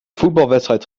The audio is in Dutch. voetbalwedstrijd